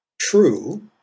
true